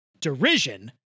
derision